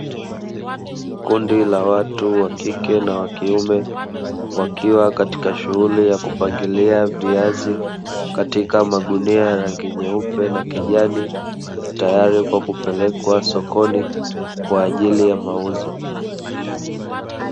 Kundi la watu wakike na wa kiume, wakiwa katika shughuli ya kupangilia viazi katika magunia ya rangi nyeupe na kijani tayari kwa kupelekwa sokoni kwa ajili ya mauzo.